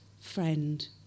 friend